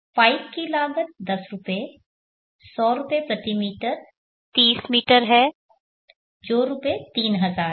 pipe की लागत 10 रुपये 100 रुपये प्रति मीटर 30 मीटर है जो रुपये 3000 है